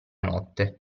notte